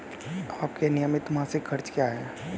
आपके नियमित मासिक खर्च क्या हैं?